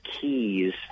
keys